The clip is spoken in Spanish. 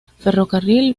ferrocarril